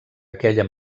aquella